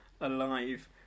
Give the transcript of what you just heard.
alive